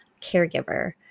caregiver